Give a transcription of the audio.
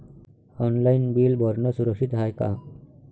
Online bill भरनं सुरक्षित हाय का?